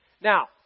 Now